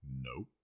Nope